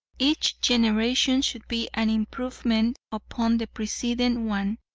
each generation should be an improvement upon the preceding one.